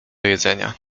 jedzenia